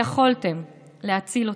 יכולתם להציל אותי.